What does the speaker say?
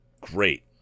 great